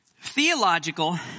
theological